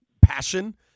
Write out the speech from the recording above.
passion